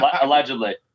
Allegedly